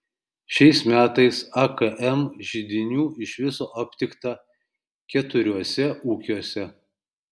šiais metais akm židinių iš viso aptikta keturiuose ūkiuose